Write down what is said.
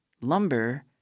lumber